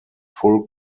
full